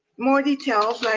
more details. like,